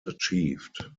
achieved